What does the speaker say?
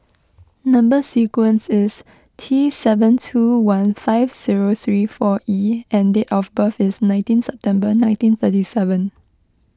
Number Sequence is T seven two one five zero three four E and date of birth is nineteen September nineteen thirty seven